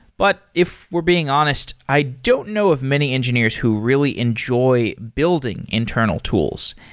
but if we're being honest, i don't know of many engineers who really enjoy building internal tools.